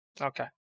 Okay